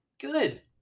Good